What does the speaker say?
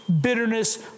bitterness